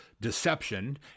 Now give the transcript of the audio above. deception